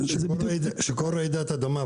כשכל רעידת אדמה,